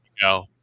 go